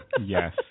Yes